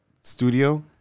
studio